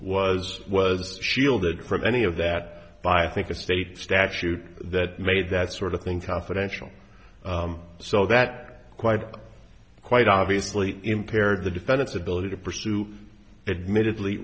was was shielded from any of that by i think a state statute that made that sort of thing confidential so that quite quite obviously impaired the defendant's ability to pursue admitted